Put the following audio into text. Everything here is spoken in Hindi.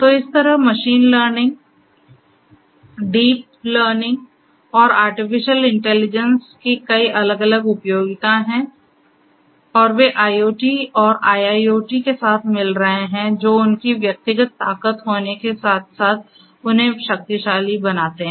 तो इस तरह मशीन लर्निंग डीप लर्निंग और आर्टिफिशियल इंटेलिजेंस की कई अलग अलग उपयोगिताएँ हैं और वे IoT और IIoT के साथ मिल रहे हैं जो उनकी व्यक्तिगत ताकत होने के साथ साथ उन्हें शक्तिशाली बनाते हैं